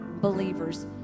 believers